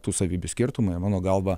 tų savybių skirtumai mano galva